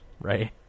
Right